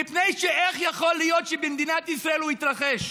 מפני שאיך יכול להיות שבמדינת ישראל הוא התרחש.